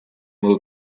will